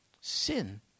Sin